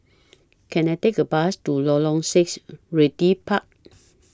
Can I Take A Bus to Lorong six Realty Park